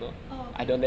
orh okay